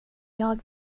jag